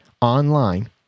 online